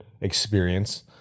experience